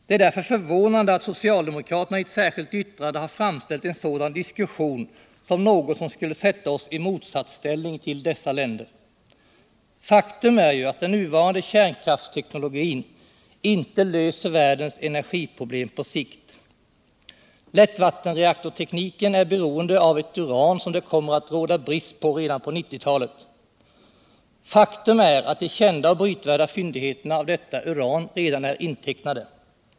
Det är därför förvånande att socialdemokraterna I ett särskilt yttrande har framställt en sådan diskussion som något som skulle sätta oss i motsatsställning till dessa länder. Faktum är ju att den nuvarande kärnkraftsteknologin inte löser världens energiproblem på sikt. Lättvattenreaktortekniken är beroende av ett uran som det kommer att råda brist på redan på 1990-talet. Ett annat faktum är att de kända och brytvärda fyndigheterna av detta uran redan är intecknade.